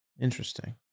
Interesting